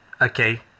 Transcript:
Okay